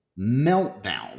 meltdown